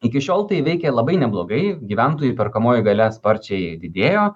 iki šiol tai veikė labai neblogai gyventojų perkamoji galia sparčiai didėjo